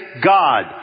God